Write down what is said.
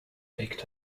picked